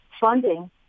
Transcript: funding